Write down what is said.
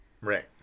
Right